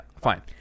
fine